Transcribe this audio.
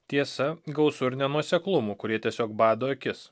tiesa gausu nenuoseklumų kurie tiesiog bado akis